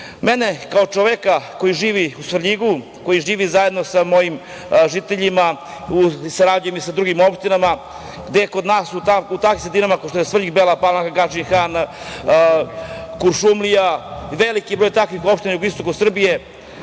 nas. Mene, kao čoveka, koji živi u Svrljigu, koji živi zajedno sa mojim žiteljima, sarađujem i sa drugim opštinama, gde kod nas u takvim sredinama kao što su Svrljig, Bela Palanka, Gadžin Han, Kuršumlija, veliki broj takvih opština na jugoistoku Srbije,